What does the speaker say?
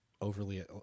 overly